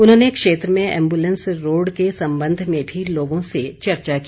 उन्होंने क्षेत्र में एम्बुलेंस रोड़ के संबंध में भी लोगों से चर्चा की